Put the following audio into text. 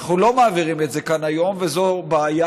אנחנו לא מעבירים את זה כאן היום, וזו בעיה.